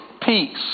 peace